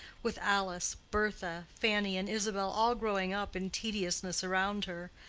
with alice, bertha, fanny and isabel all growing up in tediousness around her,